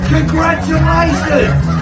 Congratulations